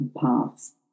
paths